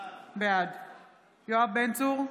בעד יואב בן צור,